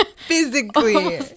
Physically